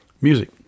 music